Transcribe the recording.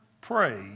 pray